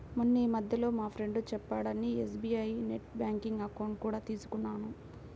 మొన్నీమధ్యనే మా ఫ్రెండు చెప్పాడని ఎస్.బీ.ఐ నెట్ బ్యాంకింగ్ అకౌంట్ కూడా తీసుకున్నాను